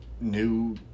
new